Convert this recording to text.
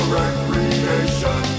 recreation